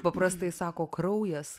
paprastai sako kraujas